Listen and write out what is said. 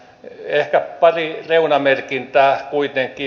ehkä pari reunamerkintää kuitenkin